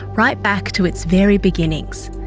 right back to its very beginnings.